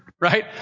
Right